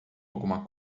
alguma